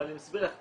אבל אני מסביר לך,